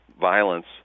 violence